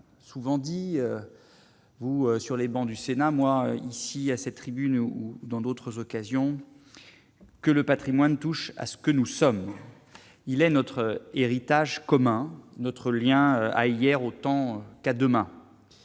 souvent dit vous sur les bancs du Sénat moi ici à cette tribune ou dans d'autres occasions que le Patrimoine touche à ce que nous sommes, il est notre héritage commun notre lien à hier autant qu'à demain